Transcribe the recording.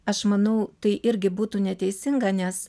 aš manau tai irgi būtų neteisinga nes